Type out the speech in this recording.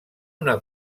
una